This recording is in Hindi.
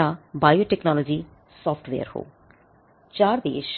4 देश